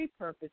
repurpose